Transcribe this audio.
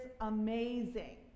amazing